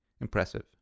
impressive